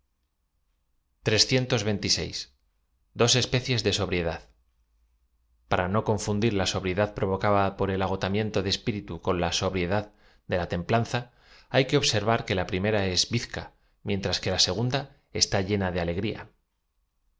o especies de sobriedad p ara no confundir la sobriedad provocada por el agotam iento de espíritu con la sobriedad de la tem planza hay que observar que la prim era es bizca mientras que la segunda está llena de alegría